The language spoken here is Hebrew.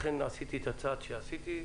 לכן עשיתי את הצעד שעשיתי.